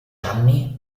anni